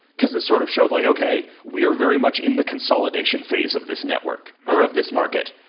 because it sort of showed like, okay, we are very much in the consolidation phase of this network or of this market.